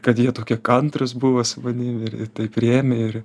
kad jie tokie kantrūs buvo su manim ir ir taip priėmė ir